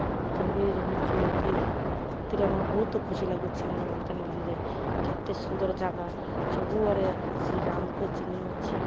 ମାଲକାନଗିରି ରହୁଛୁ ଏତେ ଏଥିରେ ଆମର ବହୁତ ଖୁସି ଲାଗୁଛି ଆମର ମାଲକାନଗିରିରେ କେତେ ସୁନ୍ଦର ଜାଗା ସବୁଆଡ଼େ ଶ୍ରୀରାମଙ୍କ ଚିହ୍ନ ଅଛି